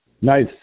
Nice